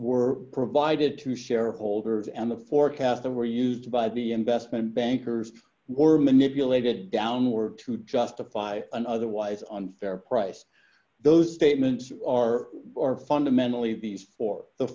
were provided to shareholders and the forecast that were used by the investment bankers were manipulated downward to justify an otherwise unfair price those statements are or fundamentally these for the